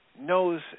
knows